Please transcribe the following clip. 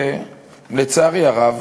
אני חושב, לצערי הרב,